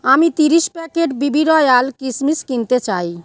আমি ত্রিশ packet B B royal কিসমিস কিনতে চাই